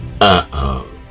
Uh-oh